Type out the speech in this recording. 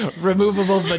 removable